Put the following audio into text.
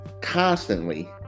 constantly